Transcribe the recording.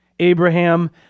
Abraham